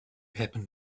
happen